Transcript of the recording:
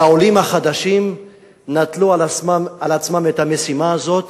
והעולים החדשים נטלו על עצמם את המשימה הזאת,